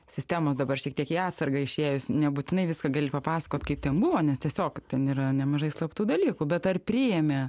sistemos dabar šiek tiek į atsargą išėjus nebūtinai viską gali papasakot kaip ten buvo nes tiesiog ten yra nemažai slaptų dalykų bet ar priėmė